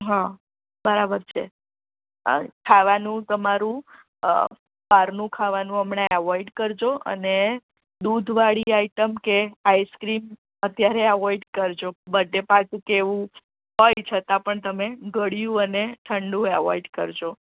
હં બરાબર છે આ ખાવાનું તમારું બહારનું ખાવાનું હમણાં અવોઇડ કરજો અને દૂધવાળી આઈટમ કે આઈસ્ક્રીમ અત્યારે અવોઇડ કરજો બડ્ડે પાર્ટી કે એવું હોય છતાં પણ તમે ગળ્યું અને ઠંડુ એવોઈડ કરજો